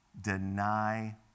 deny